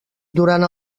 durant